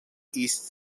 east